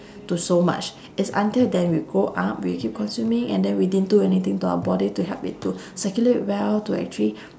to so much it's until that we grow up we keep consuming and then we didn't do anything to our body to help it to circulate well to actually